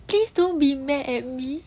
please don't be mad at me